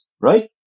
right